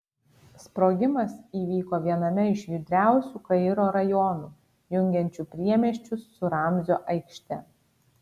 sprogimas įvyko viename iš judriausių kairo rajonų jungiančių priemiesčius su ramzio aikšte